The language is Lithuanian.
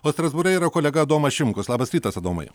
o strasbūre yra kolega adomas šimkus labas rytas adomai